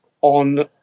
on